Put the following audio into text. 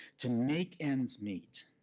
to make ends meet,